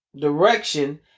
direction